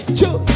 two